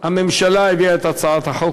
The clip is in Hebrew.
הממשלה הביאה את הצעת החוק,